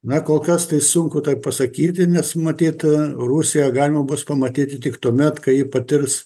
na kolkas tai sunku tai pasakyti nes matyt rusiją galima bus pamatyti tik tuomet kai ji patirs